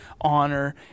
honor